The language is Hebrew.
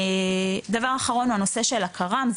דבר אחרון הוא הנושא של הקר"מ,